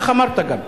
כך אמרת גם.